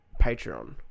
Patreon